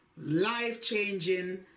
life-changing